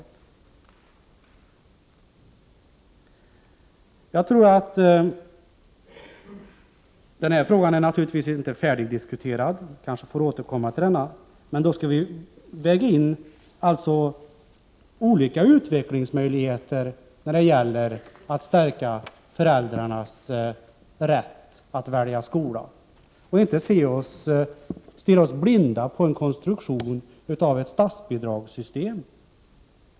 Jag tror att den här frågan inte är färdigdiskuterad. Vi kanske får återkomma till den, men då skall vi väga in olika utvecklingsmöjligheter när det gäller att stärka föräldrarnas rätt att välja skola och inte stirra oss blinda 13 på konstruktionen av ett statsbidragssystem.